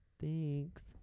Thanks